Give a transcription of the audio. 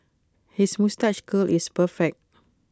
his moustache curl is perfect